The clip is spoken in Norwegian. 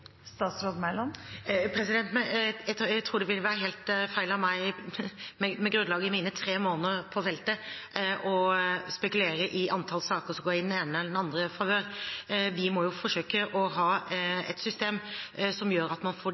Jeg tror det ville være helt feil av meg med grunnlag i mine tre måneder på feltet å spekulere om antall saker som går i den ene eller den andres favør. Vi må forsøke å ha et system som gjør at man får